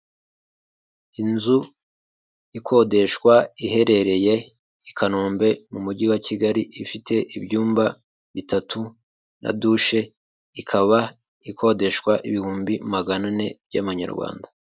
Inzu ikodeshwa iherereye i Kanombe mu mujyi wa Kigali ifite ibyumba bitatu na dushe ikaba ikodeshwa ibihumbi magana ane by'amanyarwanda.